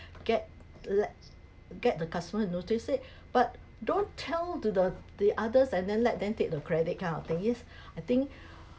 get let get the customer notice it but don't tell to the the others and then let them take the credit kind of thing yes I think